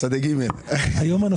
היום,